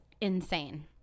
insane